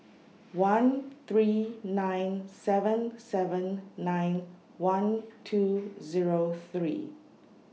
one three nine seven seven nine one two Zero three